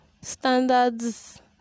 Standards